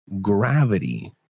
gravity